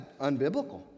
unbiblical